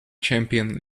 champion